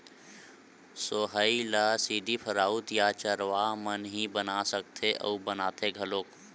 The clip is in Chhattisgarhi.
सोहई ल सिरिफ राउत या चरवाहा मन ही बना सकथे अउ बनाथे घलोक